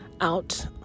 out